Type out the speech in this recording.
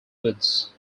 woods